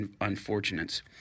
unfortunates